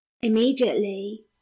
immediately